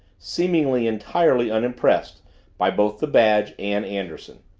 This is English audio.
seemingly entirely unimpressed by both the badge and anderson.